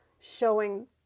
showing